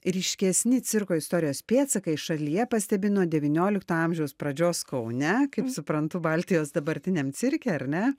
ryškesni cirko istorijos pėdsakai šalyje pastebi nuo devyniolikto amžiaus pradžios kaune kaip suprantu baltijos dabartiniam cirke ar ne